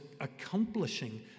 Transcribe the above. accomplishing